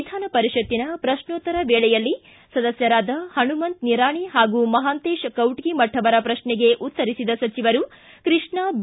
ವಿಧಾನ ಪರಿಷತ್ತಿನ ಪ್ರಶ್ನೋತ್ತರ ವೇಳೆಯಲ್ಲಿ ಸದಸ್ಯರಾದ ಹಣಮಂತ ನಿರಾಣಿ ಹಾಗೂ ಮಹಾಂತೇಶ ಕವಟಗಿಮಠ ಅವರ ಪ್ರಶ್ನೆಗೆ ಉತ್ತರಿಸಿದ ಸಚಿವರು ಕೃಷ್ಣಾ ಬಿ